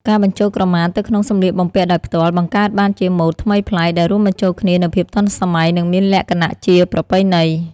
ការបញ្ចូលក្រមាទៅក្នុងសម្លៀកបំពាក់ដោយផ្ទាល់ បង្កើតបានជាម៉ូដថ្មីប្លែក ដែលរួមបញ្ចូលគ្នានូវភាពទាន់សម័យ និងមានលក្ខណជាប្រពៃណី។